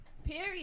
Period